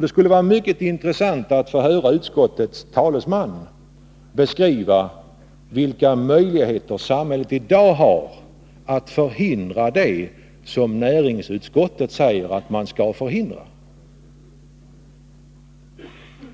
Det skulle vara mycket intressant att få höra utskottets talesman beskriva vilka möjligheter samhället i dag har att förhindra det som näringsutskottet säger att man skall förhindra.